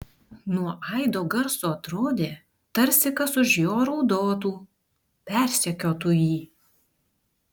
nuo aido garso atrodė tarsi kas už jo raudotų persekiotų jį